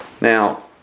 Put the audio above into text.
Now